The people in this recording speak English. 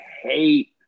hate